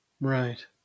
Right